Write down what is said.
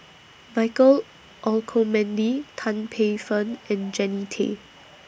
Michael Olcomendy Tan Paey Fern and Jannie Tay